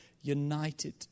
united